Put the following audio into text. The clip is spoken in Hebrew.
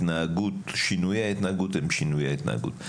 שינויי ההתנהגות הם שינויי ההתנהגות.